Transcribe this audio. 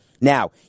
Now